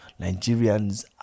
Nigerians